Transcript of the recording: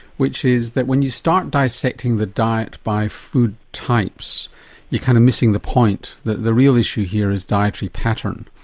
which is that when you start dissecting the diet by food types you're kind of missing the point that the real issue here is dietary pattern,